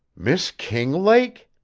miss kinglake!